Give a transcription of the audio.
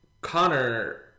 Connor